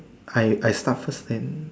I I start first then